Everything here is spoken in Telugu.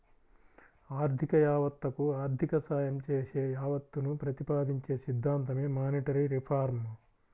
ఆర్థిక యావత్తకు ఆర్థిక సాయం చేసే యావత్తును ప్రతిపాదించే సిద్ధాంతమే మానిటరీ రిఫార్మ్